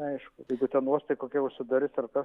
aišku jeigu ten uostai kokie užsidarys ar kas